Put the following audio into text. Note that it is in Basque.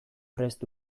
prest